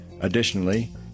Additionally